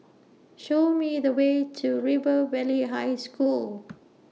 Show Me The Way to River Valley High School